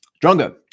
Drongo